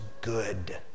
good